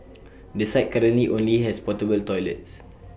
the site currently only has portable toilets